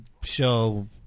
show